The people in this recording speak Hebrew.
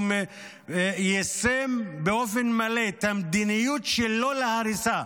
יישם באופן מלא את המדיניות שלו להריסה.